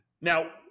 Now